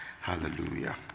Hallelujah